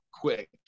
quick